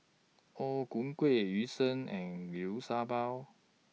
O Ku Kueh Yu Sheng and Liu Sha Bao